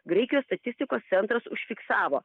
graikijos statistikos centras užfiksavo